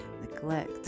neglect